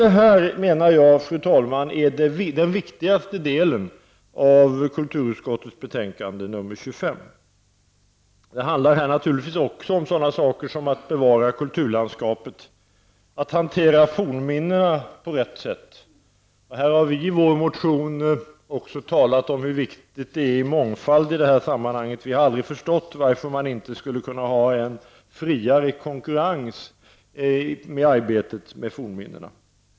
Detta är enligt min mening den viktigaste delen av kulturutskottets betänkande 25. Det handlar naturligtvis också om sådana saker som att bevara kulturlandskapet och att hantera fornminnena på rätt sätt. Vi har i vår motion också talat om hur viktigt det är med mångfald i det här sammanhanget. Vi har aldrig förstått varför man inte skulle kunna ha en friare konkurrens i fråga om arbetet med fornminnena.